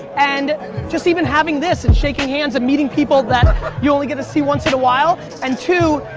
and just even having this, and shaking hands, and meeting people that you only get to see once in a while, and two,